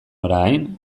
orain